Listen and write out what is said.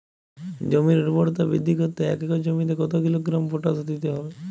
জমির ঊর্বরতা বৃদ্ধি করতে এক একর জমিতে কত কিলোগ্রাম পটাশ দিতে হবে?